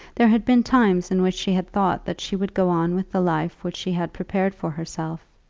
there had been times in which she had thought that she would go on with the life which she had prepared for herself,